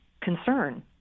concern